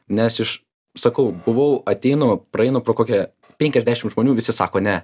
nes iš sakau buvau ateinu praeinu pro kokią penkiasdešim žmonių visi sako ne